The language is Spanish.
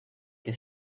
que